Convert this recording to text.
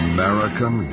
American